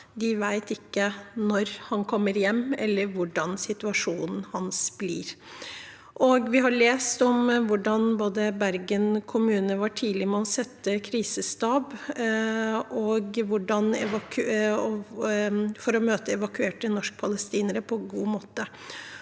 De vet ikke når han kommer hjem, eller hvordan situasjonen hans blir. Vi har lest om hvordan Bergen kommune var tidlig ute med å sette krisestab for å møte evakuerte norskpalestinere på en god måte.